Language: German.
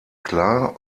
klar